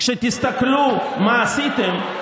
כשתסתכלו מה עשיתם,